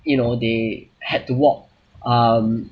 you know they had to walk um